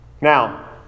Now